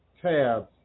tabs